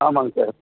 ஆமாங்க சார்